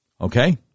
Okay